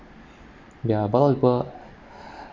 ya but a lot of people